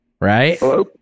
Right